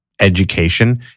education